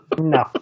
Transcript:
No